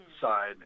side